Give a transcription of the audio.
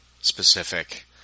specific